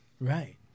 Right